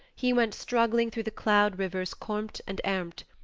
he went struggling through the cloud rivers kormt and ermt,